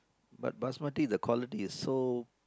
but Basmati the quality is so